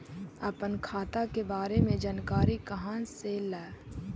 अपन खाता के बारे मे जानकारी कहा से ल?